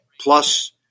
plus